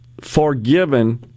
forgiven